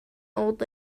old